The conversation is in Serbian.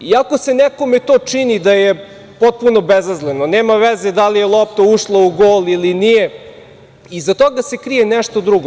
Iako se nekome čini da je to potpuno bezazleno, nema veze da li je lopta ušla u gol ili nije, iza toga se krije nešto drugo.